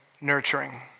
nurturing